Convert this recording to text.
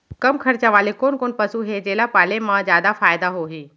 कम खरचा वाले कोन कोन पसु हे जेला पाले म जादा फायदा होही?